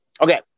Okay